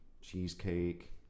cheesecake